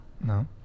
no